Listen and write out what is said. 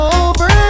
over